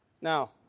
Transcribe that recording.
Now